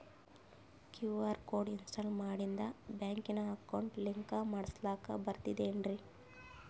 QR code install ಮಾಡಿಂದ ಬ್ಯಾಂಕಿನ account link ಮಾಡಸ್ಲಾಕ ಬರ್ತದೇನ್ರಿ